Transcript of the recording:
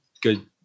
good